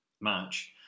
match